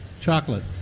Chocolate